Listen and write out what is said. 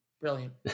Brilliant